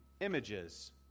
images